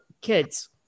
kids